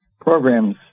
programs